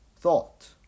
Thought